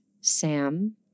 Sam